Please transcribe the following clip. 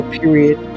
period